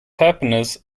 happiness